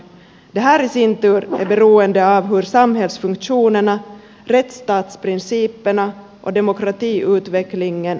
det här i sin tur är beroende av hur samhällsfunktionerna rättsstatsprinciperna och demokratiutvecklingen förverkligats